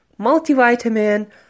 Multivitamin